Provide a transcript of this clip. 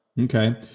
Okay